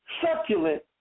succulent